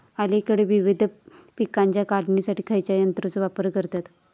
अलीकडे विविध पीकांच्या काढणीसाठी खयाच्या यंत्राचो वापर करतत?